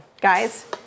Guys